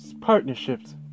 partnerships